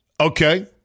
okay